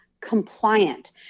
compliant